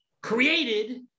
created